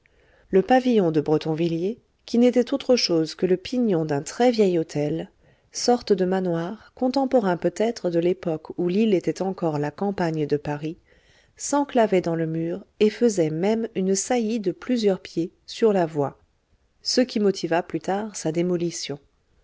le pavillon de bretonvilliers qui n'était autre chose que le pignon d'un très vieil hôtel sorte de manoir contemporain peut-être de l'époque où l'île était encore la campagne de paris s'enclavait dans le mur et faisait même une saillie de plusieurs pieds sur la voie ce qui motiva plus tard sa démolition